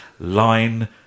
line